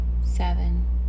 seven